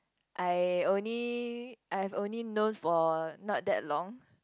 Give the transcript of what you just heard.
I only I've only know for not that long